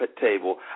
table